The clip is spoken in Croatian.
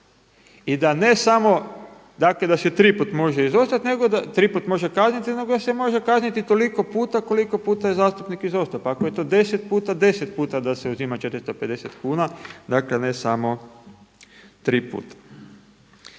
i da ne samo da se tri put može kazniti nego da se može kazniti toliko puta koliko puta je zastupnik izostao. Pa ako je to 10 puta, 10 puta da se uzima 450 kuna ne samo tri puta.